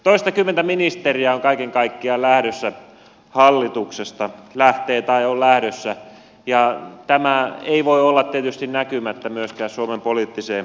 toistakymmentä ministeriä on kaiken kaikkiaan lähdössä hallituksesta lähtee tai on lähdössä ja tämä ei voi tietysti olla näkymättä myöskään suomen poliittisessa tilanteessa